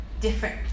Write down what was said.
different